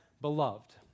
beloved